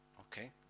Okay